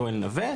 יואל נווה,